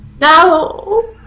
No